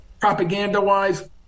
propaganda-wise